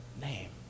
name